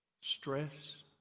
stress